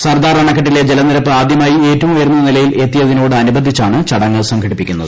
സർദാർ അണക്കെട്ടിലെ ജലനിരപ്പ് ആദ്യമായി ഏറ്റവും ഉയർന്ന നിലയിൽ എത്തിയതിനോട് അനുബന്ധിച്ചാണ് ചടങ്ങ് സംഘടിപ്പിക്കുന്നത്